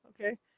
okay